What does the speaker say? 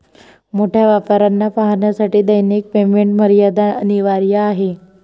मोठ्या व्यापाऱ्यांना पाहण्यासाठी दैनिक पेमेंट मर्यादा अनिवार्य आहे